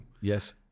Yes